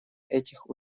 этих